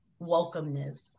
welcomeness